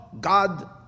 God